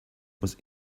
was